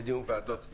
אני